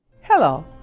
Hello